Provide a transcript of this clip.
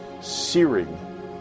searing